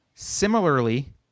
Similarly